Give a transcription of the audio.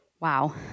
wow